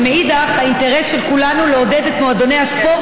2. האינטרס של כולנו לעודד את מועדוני הספורט